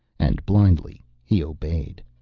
and blindly he obeyed.